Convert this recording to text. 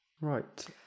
right